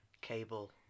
Cable